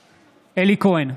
כהן,